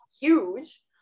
huge